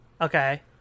Okay